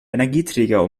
energieträger